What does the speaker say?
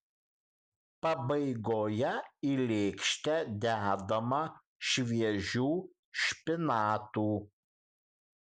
pabaigoje į lėkštę dedama šviežių špinatų